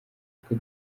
twe